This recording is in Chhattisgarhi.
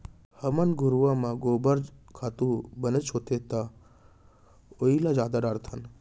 हमन घुरूवा म गोबर खातू बनेच होथे त ओइला जादा डारथन